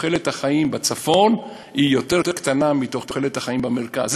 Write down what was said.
שתוחלת החיים בצפון קטנה יותר מתוחלת החיים במרכז.